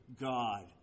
God